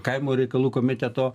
kaimo reikalų komiteto